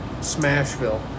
smashville